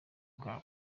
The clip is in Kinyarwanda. bwa